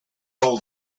old